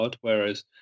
whereas